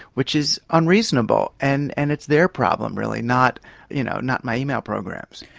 which is unreasonable and and it's their problem really, not you know not my email programs.